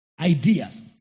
ideas